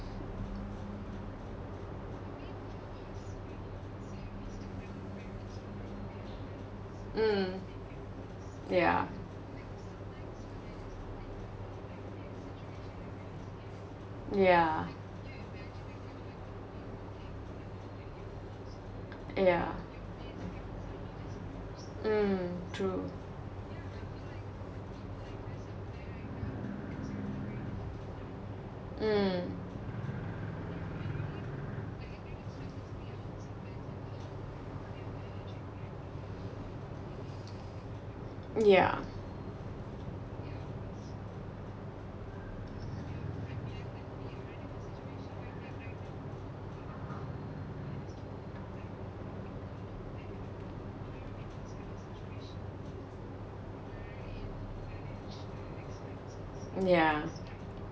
mm yeah yeah yeah mm true mm yeah yeah